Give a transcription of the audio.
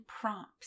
prompts